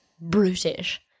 brutish